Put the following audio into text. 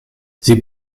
sie